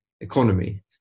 economy